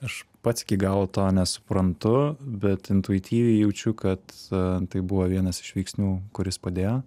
aš pats iki galo to nesuprantu bet intuityviai jaučiu kad tai buvo vienas iš veiksnių kuris padėjo